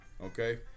Okay